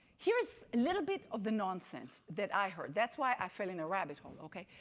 here's a little bit of the nonsense that i heard. that's why i fell in a rabbit hole, okay?